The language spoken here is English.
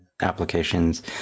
applications